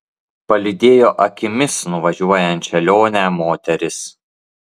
palydėjo akimis nuvažiuojančią lionę moteris